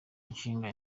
ishinga